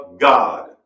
God